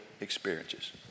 experiences